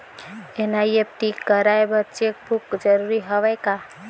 NEFT कराय बर cheque book जरूरी हवय का?